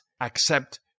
accept